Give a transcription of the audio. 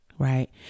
right